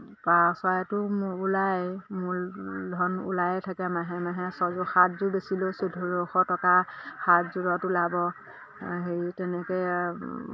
পাৰ চৰাইটো মোৰ ওলায় মূলধন ওলাই থাকে মাহে মাহে ছযোৰ সাতযোৰ বেছিলোঁ চৈধশ টকা সাতযোৰত ওলাব হেৰি তেনেকৈ